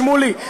שמולי,